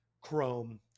Chrome